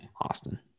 Austin